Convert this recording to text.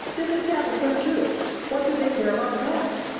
disestablishment too what do they care about that!